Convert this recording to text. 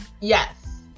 Yes